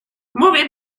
mówię